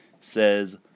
says